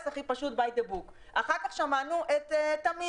הכי פשוט by the book; אחר כך שמענו את תמיר